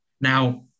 Now